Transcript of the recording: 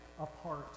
apart